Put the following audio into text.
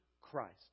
Christ